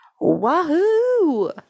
wahoo